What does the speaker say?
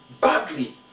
badly